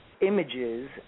Images